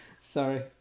sorry